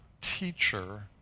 teacher